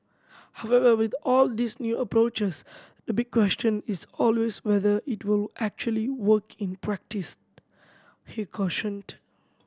however with all these new approaches the big question is always whether it will actually work in practice he cautioned